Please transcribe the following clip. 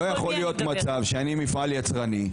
לא יכול להיות מצב שאני מפעל יצרני,